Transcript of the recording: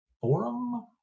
forum